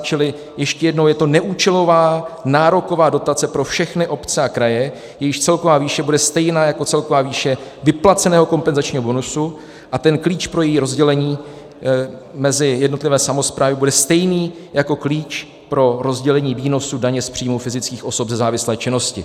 Čili ještě jednou je to neúčelová nároková dotace pro všechny obce a kraje, jejichž celková výše bude stejná jako celková výše vyplaceného kompenzačního bonusu, a ten klíč pro její rozdělení mezi jednotlivé samosprávy bude stejný jako klíč pro rozdělení výnosu daně z příjmů fyzických osob ze závislé činnosti.